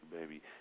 baby